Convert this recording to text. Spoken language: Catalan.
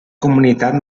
comunitat